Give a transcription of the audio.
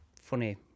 funny